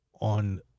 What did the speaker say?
on